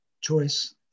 choice